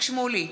איציק שמולי,